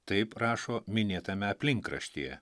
taip rašo minėtame aplinkraštyje